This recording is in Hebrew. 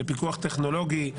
לפיקוח טכנולוגי,